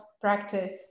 practice